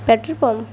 petrol pump